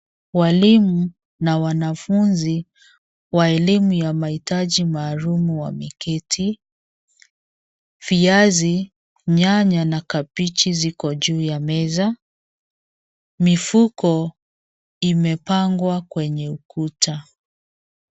Walimu na wanafunzi wa elimu ya mahitaji maalum wameketi. Viazi, nyanya na kabeji ziko juu ya meza. Mifuko imepangwa kwenye ukuta.